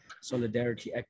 solidarity